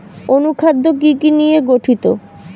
অনুখাদ্য কি কি নিয়ে গঠিত?